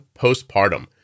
Postpartum